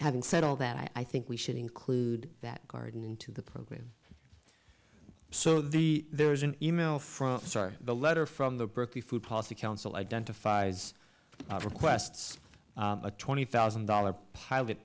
having said all that i think we should include that garden into the program so the there's an e mail from the start of a letter from the berkeley food policy council identifies requests a twenty thousand dollars pilot